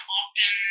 often